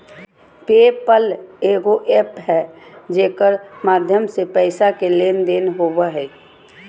पे पल एगो एप्प है जेकर माध्यम से पैसा के लेन देन होवो हय